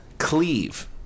cleave